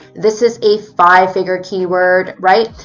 this is a five figure keyword, right?